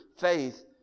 faith